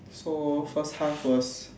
so first half was